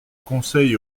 conseil